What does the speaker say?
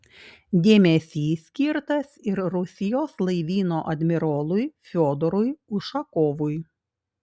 dėmesys skirtas ir rusijos laivyno admirolui fiodorui ušakovui